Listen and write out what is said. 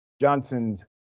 Johnson's